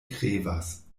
krevas